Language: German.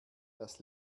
das